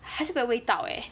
还是没有味道 eh